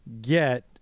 get